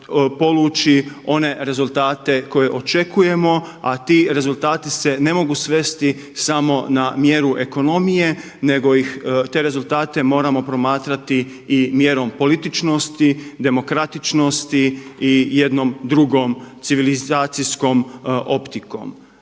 poluči one rezultate koje očekujemo, a ti rezultati se ne mogu svesti samo na mjeru ekonomije nego te rezultate moramo promatrati i mjerom političnosti, demokratičnosti i jednom drugom civilizacijskom optikom.